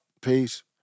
Peace